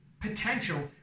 potential